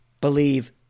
Believe